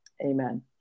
Amen